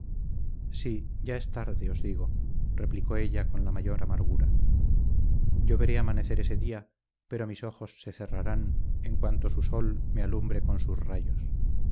sí ya es tarde os digo replicó ella con la mayor amargura yo veré amanecer ese día pero mis ojos se cerrarán en cuanto su sol me alumbre con sus rayos